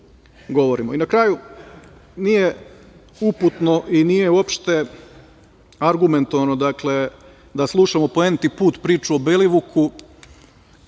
na kraju, nije uputno i nije uopšte argumentovano da slušamo po N-ti put priču o Belivuku,